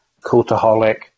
Cultaholic